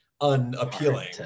unappealing